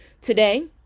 Today